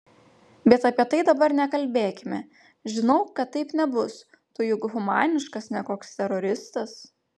bet apie tai dabar nekalbėkime žinau kad taip nebus tu juk humaniškas ne koks teroristas